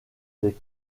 des